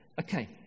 Okay